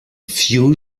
fusion